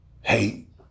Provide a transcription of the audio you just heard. Hate